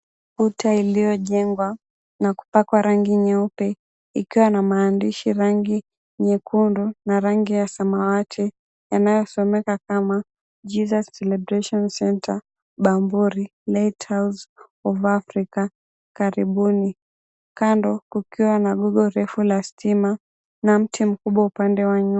Kuta iliyojengwa na kupakwa rangi nyeupe ilkiwa na maandishi rangi nyekundu na rangi ya samawati yanayosomeka kama, Jesus Celebration Center Bamburi, Lighthouse of Africa, Karibuni, kando kukiwa na gogo refu la stima na mti mrefu upande wa nyuma.